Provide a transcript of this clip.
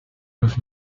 los